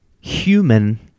human